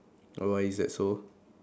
why is that so